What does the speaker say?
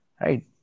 Right